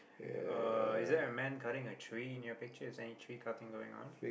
uh is there a man cutting a tree in your picture is there any tree cutting going on